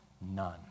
none